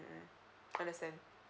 understand